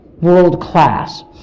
world-class